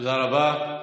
תודה רבה.